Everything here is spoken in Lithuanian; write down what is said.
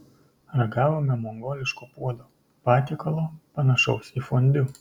ragavome mongoliško puodo patiekalo panašaus į fondiu